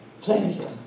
pleasure